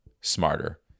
smarter